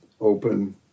open